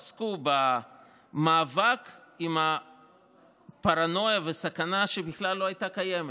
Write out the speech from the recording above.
עסקו במאבק עם הפרנויה והסכנה שבכלל לא הייתה קיימת,